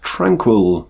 Tranquil